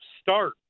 start